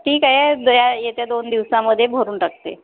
ठीक आहे दया येत्या दोन दिवसामध्ये भरून टाकते